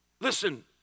Listen